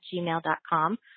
gmail.com